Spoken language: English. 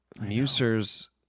Muser's